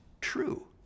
true